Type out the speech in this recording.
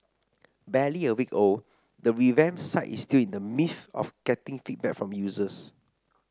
barely a week old the revamped site is still in the midst of getting feedback from users